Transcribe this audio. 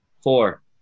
Four